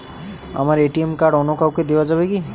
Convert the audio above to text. আমার ATM card অন্য কাউকে দেওয়া যাবে কি?